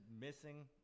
missing